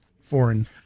foreign